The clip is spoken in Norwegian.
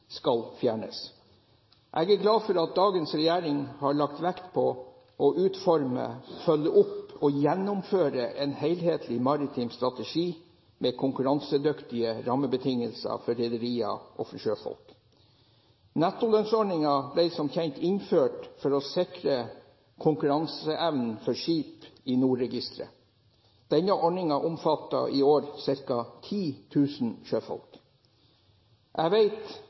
skal fjernes. Jeg er glad for at dagens regjering har lagt vekt på å utforme, følge opp og gjennomføre en helhetlig maritim strategi med konkurransedyktige rammebetingelser for rederier og sjøfolk. Nettolønnsordningen ble som kjent innført for å sikre konkurranseevnen for skip i NOR-registeret. Denne ordningen omfatter i år ca. 10 000 sjøfolk. Jeg